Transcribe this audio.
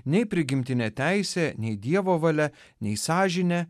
nei prigimtinė teisė nei dievo valia nei sąžinė